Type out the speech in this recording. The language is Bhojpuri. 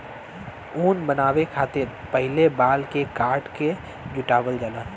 ऊन बनावे खतिर पहिले बाल के काट के जुटावल जाला